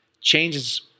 changes